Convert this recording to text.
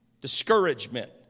discouragement